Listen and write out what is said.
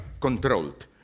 controlled